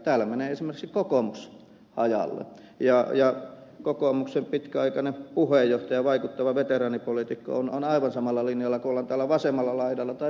täällä menee esimerkiksi kokoomus hajalle ja kokoomuksen pitkäaikainen puheenjohtaja vaikuttava veteraanipoliitikko on aivan samalla linjalla kuin ollaan täällä vasemmalla laidalla tai vihreissä